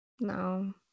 no